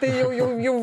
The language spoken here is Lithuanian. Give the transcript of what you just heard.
tai jau jau jau